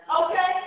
okay